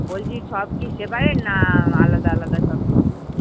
বলছি সব কি সেপারেট না আলাদা আলাদা সব কিছু